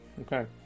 okay